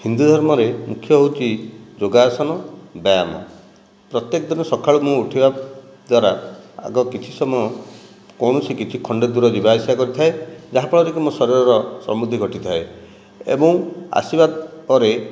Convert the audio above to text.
ହିନ୍ଦୁ ଧର୍ମରେ ମୁଖ୍ୟ ହେଉଛି ଯୋଗାସନ ବ୍ୟାୟାମ ପ୍ରତ୍ୟେକ ଦିନ ସକାଳୁ ମୁଁ ଉଠିବା ଦ୍ୱାରା ଆଗ କିଛି ସମୟ କୋଣସି କିଛି ଖଣ୍ଡେ ଦୂର ଯିବା ଆସିବା କରିଥାଏ ଯାହାଫଳରେ କି ମୋ ଶରୀରର ସମୃଦ୍ଧି ଘଟିଥାଏ ଏବଂ ଆସିବା ପରେ